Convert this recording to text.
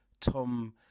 Tom